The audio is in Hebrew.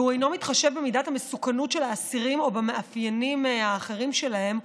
והוא אינו מתחשב במידת המסוכנות של האסירים או במאפיינים האחרים שלהם,